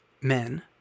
Men